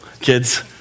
kids